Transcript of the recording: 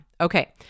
Okay